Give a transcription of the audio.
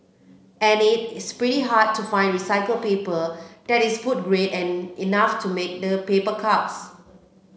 and it's pretty hard to find recycled paper that is food grade and enough to make the paper cups